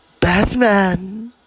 Batman